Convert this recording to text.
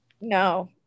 no